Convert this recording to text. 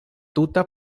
tuta